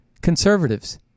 conservatives